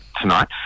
tonight